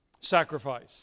sacrifice